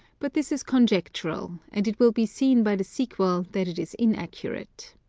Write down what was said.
but this is con jectural and it will be seen by the sequel that it is inaccurate.